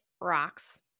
rocks